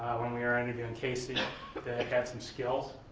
when we were interviewing casey, that had some skills,